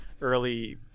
early